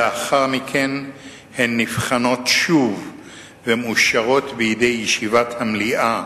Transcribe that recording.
ולאחר מכן הן נבחנות שוב ומאושרות בידי ישיבת המליאה